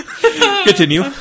Continue